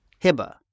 Hiba